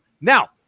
Now